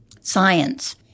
Science